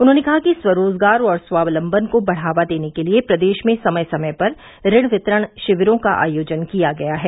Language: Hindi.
उन्होंने कहा कि स्वरोजगार और स्वावलंबन को बढ़ावा देने के लिए प्रदेश में समय समय पर ऋण वितरण शिविरों का आयोजन किया गया है